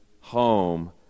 home